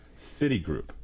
Citigroup